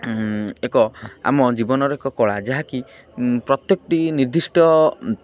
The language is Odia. ଏକ ଆମ ଜୀବନର ଏକ କଳା ଯାହାକି ପ୍ରତ୍ୟେକଟି ନିର୍ଦ୍ଧିଷ୍ଟ